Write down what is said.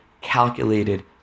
calculated